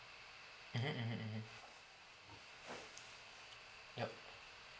mmhmm mmhmm mmhmm yup